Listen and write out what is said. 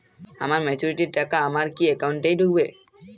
আমার ম্যাচুরিটির টাকা আমার কি অ্যাকাউন্ট এই ঢুকবে?